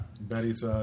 Betty's